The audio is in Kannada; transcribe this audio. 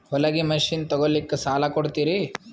ಹೊಲಗಿ ಮಷಿನ್ ತೊಗೊಲಿಕ್ಕ ಸಾಲಾ ಕೊಡ್ತಿರಿ?